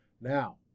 Now